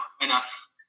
enough